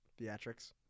theatrics